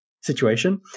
situation